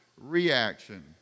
reaction